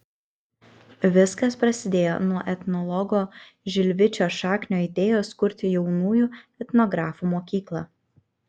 viskas prasidėjo nuo etnologo žilvičio šaknio idėjos kurti jaunųjų etnografų mokyklą